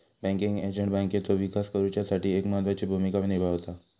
banking agent बँकेचो विकास करुच्यासाठी एक महत्त्वाची भूमिका निभावता